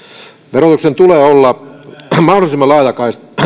verotuksen tulee olla mahdollisimman laaja